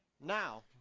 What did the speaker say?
Now